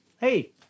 hey